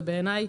ובעיניי,